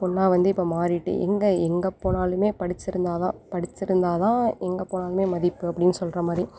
ஒன்றா வந்து இப்போ மாறிட்டு எங்கே எங்கே போனாலுமே படித்திருந்தாதான் படித்திருந்தாதான் எங்கே போனாலுமே மதிப்பு அப்படின் சொல்கிற மாதிரி